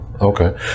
Okay